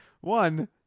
One